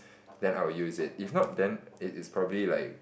then I will use it if not then it's probably like